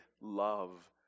love